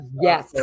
Yes